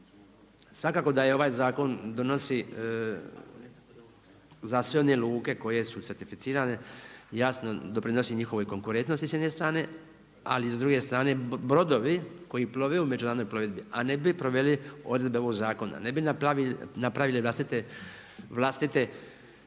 Svakako da ovaj zakon donosi za sve one luke koje su certificirane jasno doprinosi njihovoj konkurentnosti s jedne strane, ali s druge strane brodovi koji plove u međunarodnoj plovidbi, a ne bi proveli odredbe ovog zakona, ne bi napravili vlastite